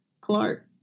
Clark